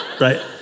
Right